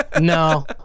no